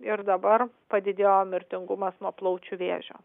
ir dabar padidėjo mirtingumas nuo plaučių vėžio